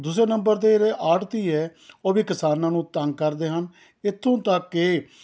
ਦੂਸਰੇ ਨੰਬਰ 'ਤੇ ਜਿਹੜੇ ਆੜ੍ਹਤੀ ਹੈ ਉਹ ਵੀ ਕਿਸਾਨਾਂ ਨੂੰ ਤੰਗ ਕਰਦੇ ਹਨ ਇੱਥੋਂ ਤੱਕ ਕਿ